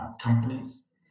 companies